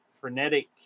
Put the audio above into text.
frenetic